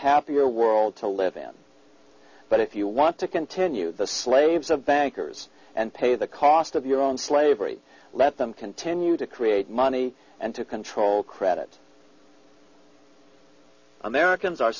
happier world to live in but if you want to continue the slaves of bankers and pay the cost of your own slavery let them continue to create money and to control credit americans are